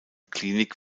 klinik